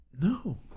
No